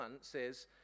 says